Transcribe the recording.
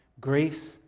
grace